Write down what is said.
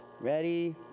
Ready